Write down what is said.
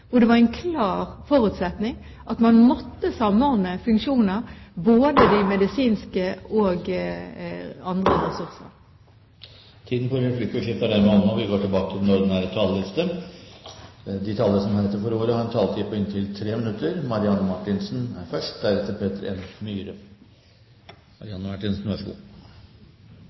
hvor det var en klar forutsetning at man måtte samordne funksjoner – både de medisinske og andre ressurser. Replikkordskiftet er omme. De talere som heretter får ordet, har en taletid på inntil 3 minutter. Dette er